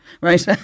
right